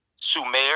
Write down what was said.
Sumer